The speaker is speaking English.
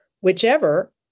whichever